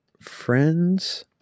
Friends